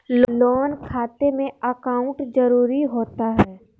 Loan खाते में account जरूरी होता है?